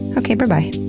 okay. berbye.